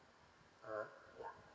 ah yeah